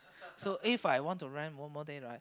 so If I want to rent one more day right